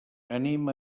anem